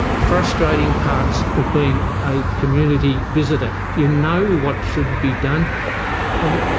frustrating parts of being a community visitor. you know what should be done i mean,